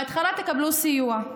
בהתחלה תקבלו סיוע.